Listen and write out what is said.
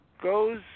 goes